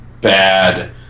bad